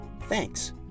Thanks